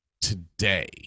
today